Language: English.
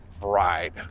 fried